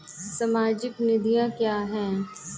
सामाजिक नीतियाँ क्या हैं?